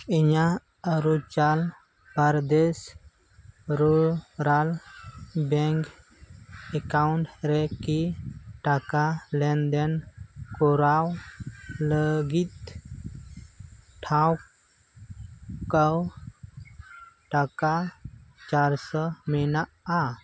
ᱤᱧᱟᱹᱜ Arunachal Pradesh rural bank account ᱨᱮᱠᱤ ᱴᱟᱠᱟ ᱞᱮᱱᱫᱮᱱ ᱠᱚᱨᱟᱣ ᱞᱟᱹᱜᱤᱫ ᱴᱷᱟᱹᱶᱠᱟᱹ ᱴᱟᱠᱟ ᱪᱟᱨᱥᱚ ᱢᱮᱱᱟᱜᱼᱟ